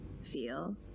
Feel